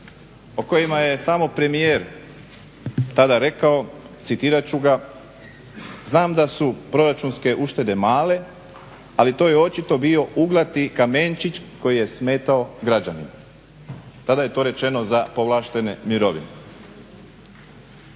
o kojima je samo premijer tada rekao, citirat ću ga: "Znam da su proračunske uštede male, ali to je očito bio uglati kamenčić koji je smetao građanima." Tada je to rečeno za povlaštene mirovine.